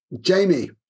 Jamie